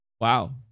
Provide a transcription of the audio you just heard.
Wow